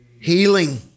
Healing